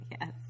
Yes